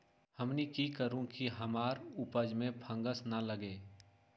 हमनी की करू की हमार उपज में फंगस ना लगे?